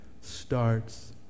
starts